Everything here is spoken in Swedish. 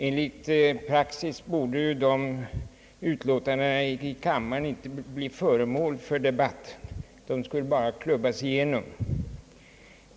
Enligt praxis borde dessa utlåtanden i kamrarna inte bli föremål för debatt, de skulle bara klubbas igenom.